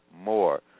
more